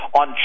on